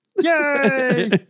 Yay